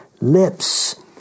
lips